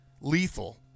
lethal